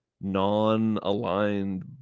non-aligned